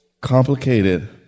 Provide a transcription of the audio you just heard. complicated